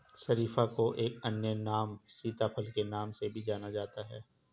शरीफा को एक अन्य नाम सीताफल के नाम से भी जाना जाता है